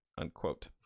unquote